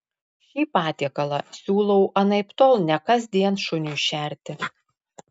šį patiekalą siūlau anaiptol ne kasdien šuniui šerti